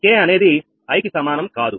k అనేది i కి సమానం కాదు